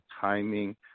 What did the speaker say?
timing